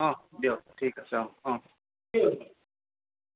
অ দিয়ক ঠিক আছে অ অ অ